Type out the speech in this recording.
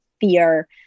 fear